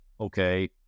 okay